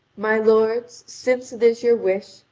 my lords, since it is your wish,